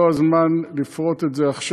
זה לא הזמן לפרוט את זה עכשיו,